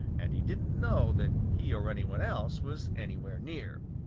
and he didn't know that he or any one else was anywhere near.